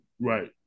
Right